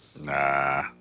nah